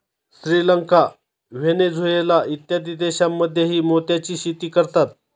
Sri Lanka, Venezuela इत्यादी देशांमध्येही मोत्याची शेती करतात